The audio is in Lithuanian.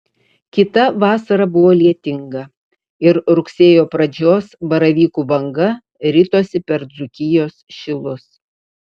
kita vasara buvo lietinga ir rugsėjo pradžios baravykų banga ritosi per dzūkijos šilus